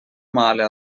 male